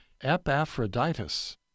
Epaphroditus